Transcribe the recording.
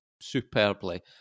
superbly